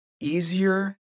easier